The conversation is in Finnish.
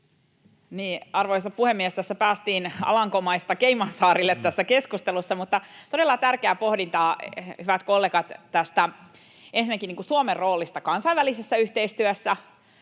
Arvoisa puhemies! Päästiin Alankomaista Caymansaarille tässä keskustelussa, mutta todella tärkeää pohdintaa, hyvät kollegat, ensinnäkin Suomen roolista kansainvälisessä yhteistyössä,